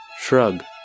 shrug